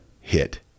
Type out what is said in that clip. hit